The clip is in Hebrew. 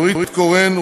נורית קורן,